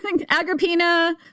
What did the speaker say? Agrippina